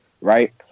Right